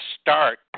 start